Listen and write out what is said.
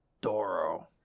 Doro